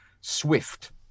swift